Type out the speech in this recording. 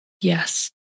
yes